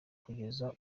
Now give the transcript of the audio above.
kugeza